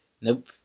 Nope